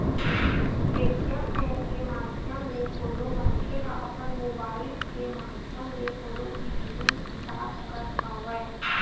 Paytm app के माधियम ले कोनो मनखे ह अपन मुबाइल के माधियम ले कोनो भी जिनिस बिसा सकत हवय